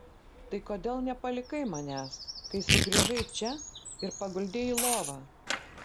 tai kodėl nepalikai manęs kai sugrįžai čia ir paguldei į lovą